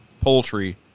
poultry